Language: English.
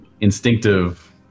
instinctive